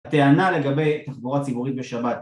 הטענה לגבי תחבורה ציבורית בשבת